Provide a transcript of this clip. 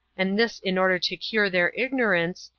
and this in order to cure their ignorance,